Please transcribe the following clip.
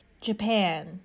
japan